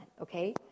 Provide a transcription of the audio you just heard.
okay